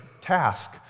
task